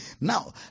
Now